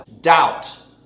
doubt